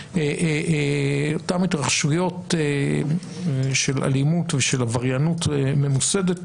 לפני אותן התרחשויות של אלימות ושל עבריינות ממוסדת,